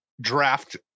draft